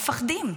מפחדים.